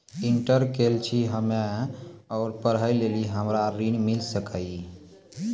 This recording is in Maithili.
इंटर केल छी हम्मे और पढ़े लेली हमरा ऋण मिल सकाई?